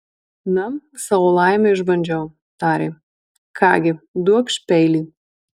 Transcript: na savo laimę išbandžiau tarė ką gi duokš peilį